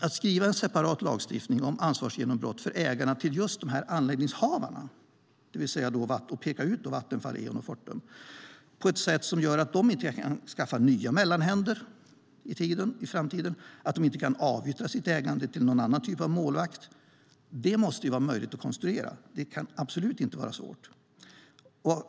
Att skriva en separat lagstiftning om ansvarsgenombrott för ägarna till just dessa anläggningshavare, peka ut Vattenfall, Eon och Fortum, på ett sätt som gör att de inte kan skaffa nya mellanhänder i framtiden, att de inte kan avyttra sitt ägande till någon annan typ av målvakt, måste vara möjligt att konstruera. Det kan absolut inte vara svårt.